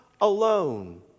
alone